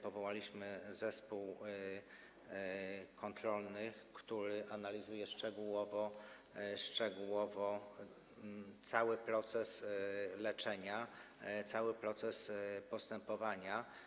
Powołaliśmy zespół kontrolny, który analizuje szczegółowo cały proces leczenia, cały proces postępowania.